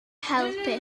helpu